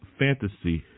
fantasy